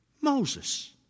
Moses